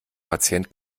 patient